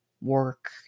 work